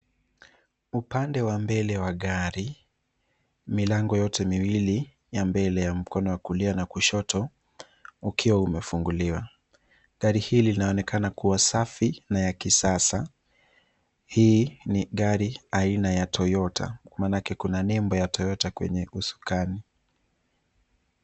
Upande wa mbele wa gari, milango yote miwili ya mbele ya mkono wa kulia na wa kushoto ukiwa umefunguliwa. Gari hili linaonekana kuwa safi na ya kisasa. Hii ni gari aina ya toyota manake kuna nembo ya toyota kwenye usukani.